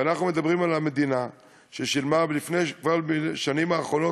ואנחנו מדברים על כך שהמדינה שילמה בשנים האחרונות,